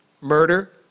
murder